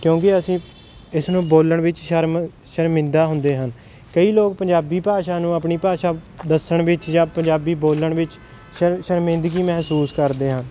ਕਿਉਂਕਿ ਅਸੀਂ ਇਸ ਨੂੰ ਬੋਲਣ ਵਿੱਚ ਸ਼ਰਮ ਸ਼ਰਮਿੰਦਾ ਹੁੰਦੇ ਹਨ ਕਈ ਲੋਕ ਪੰਜਾਬੀ ਭਾਸ਼ਾ ਨੂੰ ਆਪਣੀ ਭਾਸ਼ਾ ਦੱਸਣ ਵਿੱਚ ਜਾਂ ਪੰਜਾਬੀ ਬੋਲਣ ਵਿੱਚ ਸ਼ਰ ਸ਼ਰਮਿੰਦਗੀ ਮਹਿਸੂਸ ਕਰਦੇ ਹਾਂ